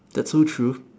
that's so true